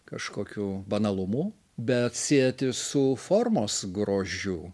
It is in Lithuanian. kažkokiu banalumu bet sieti su formos grožiu